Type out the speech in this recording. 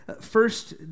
first